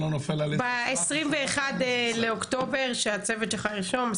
ב-21 לאוקטובר, שהצוות שלך ירשום.